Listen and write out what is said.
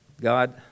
God